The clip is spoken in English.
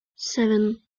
seven